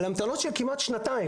על המתנה של כמעט שנתיים.